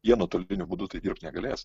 jie nuotoliniu būdu tai dirbt negalės